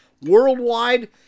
Worldwide